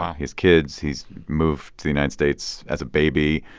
his kids he's moved to the united states as a baby.